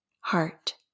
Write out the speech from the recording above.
heart